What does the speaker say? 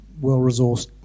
well-resourced